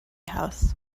house